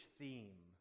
theme